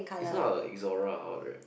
it's not a Exora or what right